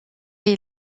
est